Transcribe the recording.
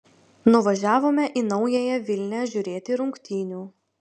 nuvažiavome į naująją vilnią žiūrėti rungtynių